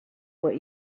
what